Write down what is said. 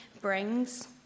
brings